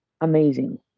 amazing